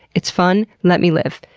it's fun, let me live.